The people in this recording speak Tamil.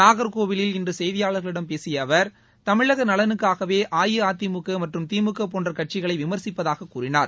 நாகர்கோவிலில் இன்று செய்தியாளர்களிடம் பேசிய அவர் தமிழக நலனுக்காகவே அஇஅதிமுக மற்றும் திமுக போன்ற கட்சிகளை விமர்சிப்பதாகக் கூறினார்